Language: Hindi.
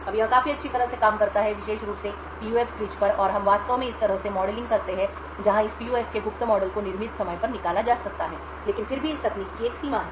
अब यह काफी अच्छी तरह से काम करता है विशेष रूप से पीयूएफ स्विच पर और हम वास्तव में इस तरह से मॉडलिंग करते हैं जहां इस पीयूएफ के गुप्त मॉडल को निर्मित समय पर निकाला जा सकता है लेकिन फिर भी इस तकनीक कि एक सीमा है